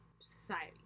society